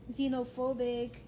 xenophobic